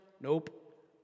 Nope